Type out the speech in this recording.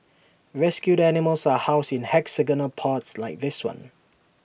rescued animals are housed in hexagonal pods like this one